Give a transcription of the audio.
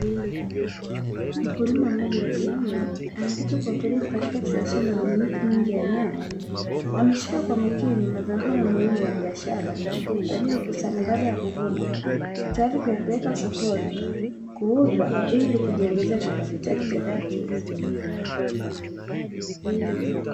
Mkulima mmoja wa kiume ameketi kwa utulivu katikati ya shamba lenye miti mingi ya nyanya, ameshika kwa makini mazao hayo muhimu ya biashara aliyoyakusanya baada ya kuvunwa, teyari kuyapeleka sokoni, kuuzwa ili kujiongezea kipato chake cha kumkizi.